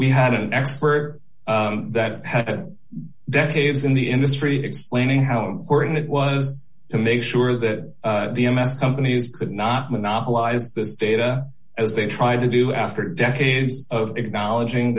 we had an expert that had decades in the industry explaining how important it was to make sure that d m s companies could not monopolize this data as they tried to do after decades of acknowledging